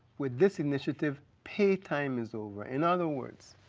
with this initiative pay time is over. in other words,